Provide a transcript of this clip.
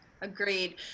agreed